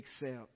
accept